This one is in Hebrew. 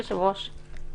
אדוני היושב-ראש,